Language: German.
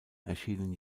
erschienen